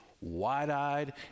wide-eyed